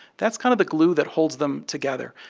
that's kind of the glue that holds them together.